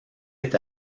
est